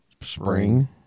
spring